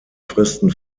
fristen